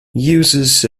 users